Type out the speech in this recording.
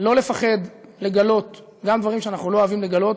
לא לפחד, לגלות גם דברים שאנחנו לא אוהבים לגלות.